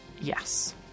yes